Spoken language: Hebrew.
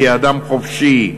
כאדם חופשי,